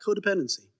codependency